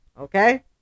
okay